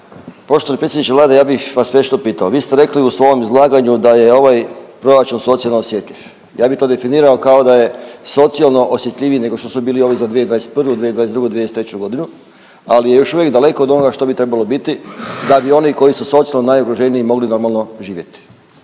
Poštovani predsjedniče Vlade, ja bih vas nešto pitao. Vi ste rekli u svom izlaganju da je ovaj proračun socijalno osjetljiv. Ja bi to definirao kao da je socijalno osjetljiviji nego što su bili ovi za 2021., 2022. i 2023.g., ali je još uvijek daleko od onoga što bi trebalo biti da bi oni koji su socijalno najugroženiji mogli normalno živjeti.